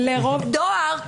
אז דואר,